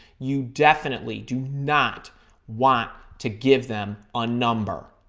you definitely do not want to give them a number.